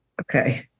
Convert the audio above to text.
Okay